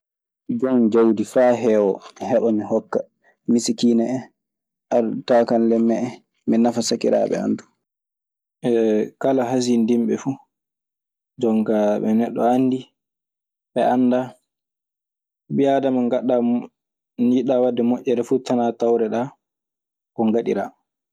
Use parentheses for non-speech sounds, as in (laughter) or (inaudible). Jon jawdi faa heewa mi heɓa mi hokka misikiina en arɓe taakallemme en. Mi nafa sakiraaɓe an du. (hesitation) kala hasindinɓe fuu jon kaa ɓe neɗɗo anndi, ɓe anndaa. Ɓii aadama nde njiɗɗaa waɗde moƴƴere fuu, kanaa tawreɗaa ko ngaɗiraa.